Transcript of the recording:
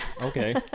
okay